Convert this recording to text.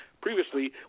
previously